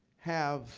have